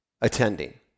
attending